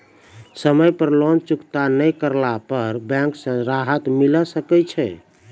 समय पर लोन चुकता नैय करला पर बैंक से राहत मिले सकय छै?